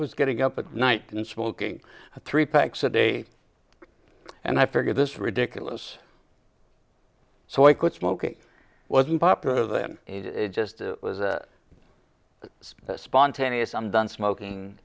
was getting up at night and smoking three packs a day and i figured this ridiculous so i quit smoking wasn't popular then it just was spontaneous i'm done smoking